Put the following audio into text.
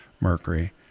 Mercury